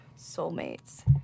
soulmates